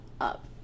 up